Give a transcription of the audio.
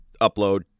upload